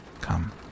Come